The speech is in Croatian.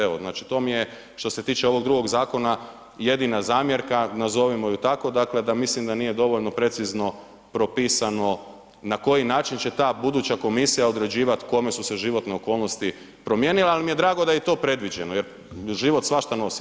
Evo, znači to mi je što se tiče ovog drugog zakona jedina zamjerka, nazovimo ju tako, dakle da mislim da nije dovoljno precizno propisano na koji način će ta buduća komisija određivati kome su se životne okolnosti promijenile, ali mi je drago da je i to predviđeno jer život svašta nosi.